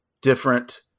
different